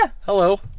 Hello